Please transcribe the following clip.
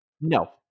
No